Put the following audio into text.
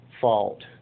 fault